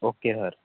okay sir